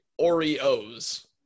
Oreos